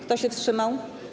Kto się wstrzymał?